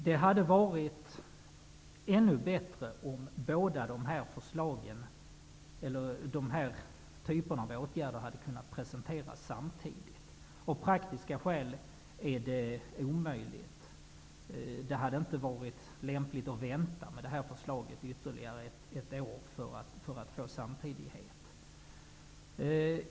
Det hade varit ännu bättre om båda de här typerna av åtgärder hade kunnat presenteras samtidigt. Av praktiska skäl är det dock inte möjligt. Det hade inte varit lämpligt att vänta med detta förslag ytterligare ett år för att få en samtidighet.